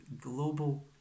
global